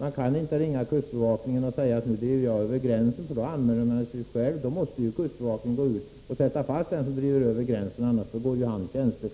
Men man kan inte ringa till kustbevakningen och säga att man håller på att driva över gränsen, för då anmäler man ju sig själv. För att inte begå tjänstefel måste man på kustbevakningen i sådant fall sätta fast personen i fråga. Det är alltså